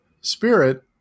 Spirit